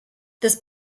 this